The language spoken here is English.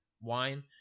wine